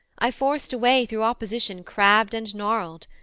i forced a way through opposition crabbed and gnarled.